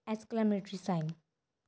exclamatory sign